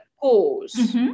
cause